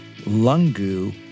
Lungu